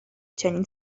چنین